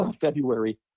February